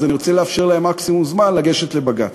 אז אני רוצה לאפשר להם מקסימום זמן לגשת לבג"ץ.